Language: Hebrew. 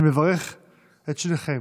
אני מברך את שניכם,